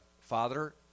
Father